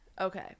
okay